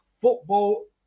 football